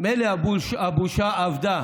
מילא הבושה אבדה